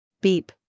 Beep